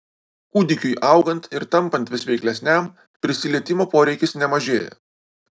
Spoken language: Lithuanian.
kūdikiui augant ir tampant vis veiklesniam prisilietimo poreikis nemažėja